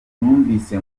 numvise